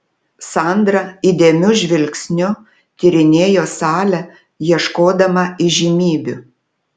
sandra įdėmiu žvilgsniu tyrinėjo salę ieškodama įžymybių